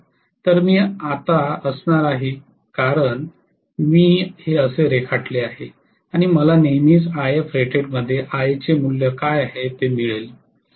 तर मी आता असणार आहे कारण मी हे असे रेखाटले आहे की मला नेहमीच Ifrated मध्ये Ia चे मूल्य काय आहे ते मिळेल